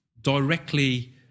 directly